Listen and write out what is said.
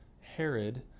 Herod